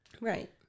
Right